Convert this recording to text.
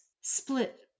split